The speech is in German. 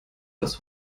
das